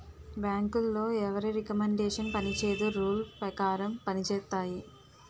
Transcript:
బ్యాంకులో ఎవరి రికమండేషన్ పనిచేయదు రూల్ పేకారం పంజేత్తాయి